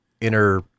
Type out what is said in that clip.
inner